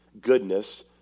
goodness